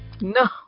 no